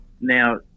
now